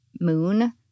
moon